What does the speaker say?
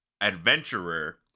adventurer